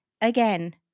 again